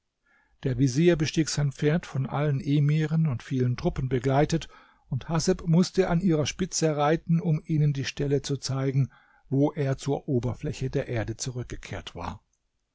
der vezier bestieg sein pferd von allen emiren und vielen truppen begleitet und haseb mußte an ihrer spitze reiten um ihnen die stelle zu zeigen wo er zur oberfläche der erde zurückgekehrt war